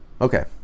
okay